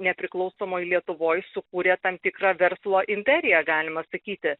nepriklausomoj lietuvoj sukūrė tam tikrą verslo imperiją galima sakyti